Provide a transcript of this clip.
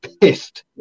pissed